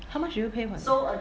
how much do you pay for it